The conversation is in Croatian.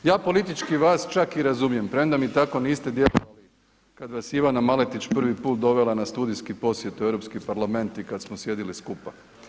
Ja politički vas čak i razumijem premda mi tako niste djelovali kad vas je Ivana Maletić prvi put dovela na studijski posjet u Europski parlament i kad smo sjedili skupa.